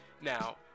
Now